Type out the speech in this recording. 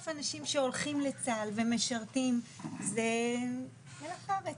אנשים שהולכים לצה"ל ומשרתים זה מלח הארץ.